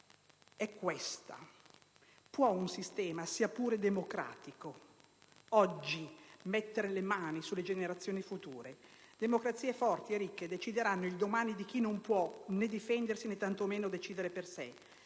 è questa: può un sistema, sia pure democratico, oggi mettere le mani sulle generazioni future? Democrazie forti e ricche decideranno il domani di chi non può né difendersi né tanto meno decidere per sé?